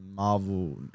Marvel